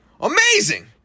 Amazing